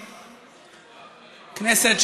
כנסת,